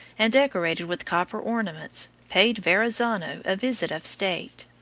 and decorated with copper ornaments, paid verrazzano a visit of state.